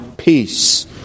peace